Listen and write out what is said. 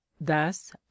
thus